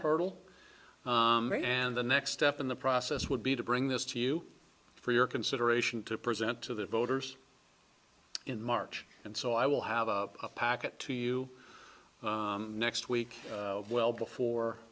hurdle and the next step in the process would be to bring this to you for your consideration to present to the voters in march and so i will have a packet to you next week well before